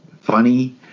funny